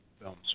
films